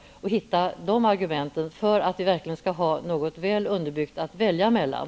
Även de argumenten måste man finna, för att vi skall ha väl underbyggda alternativ att välja mellan.